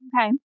Okay